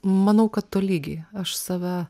manau kad tolygiai aš save